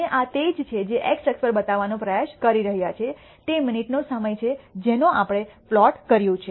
અને આ તે છે જે x અક્ષ પર બતાવવાનો પ્રયાસ કરી રહ્યો છે તે મિનિટનો સમય છે જેનો આપણે પ્લોટ કર્યું છે